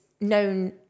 known